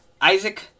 Isaac